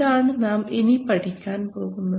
ഇതാണ് നാം ഇനി പഠിക്കാൻ പോകുന്നത്